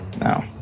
No